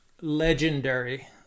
legendary